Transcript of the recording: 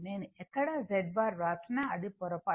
నేను ఎక్కడ Z bar వ్రాసినా అది పొరపాటు